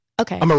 Okay